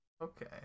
Okay